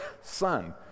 son